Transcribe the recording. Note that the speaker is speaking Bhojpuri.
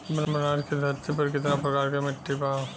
बनारस की धरती पर कितना प्रकार के मिट्टी बा?